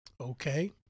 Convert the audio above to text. Okay